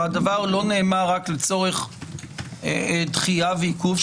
רק לצורך דחייה ועיכוב.